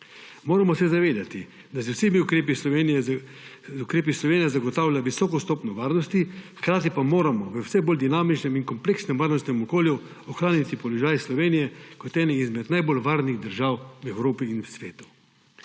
Moramo se zavedati, da z vsemi ukrepi Slovenija zagotavlja visoko stopnjo varnosti, hkrati pa moramo v vse bolj dinamičnem in kompleksnem varnostnem okolju ohraniti položaj Slovenije kot ene izmed najbolj varnih držav v Evropi in svetu.